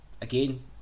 again